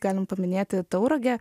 galim paminėti tauragę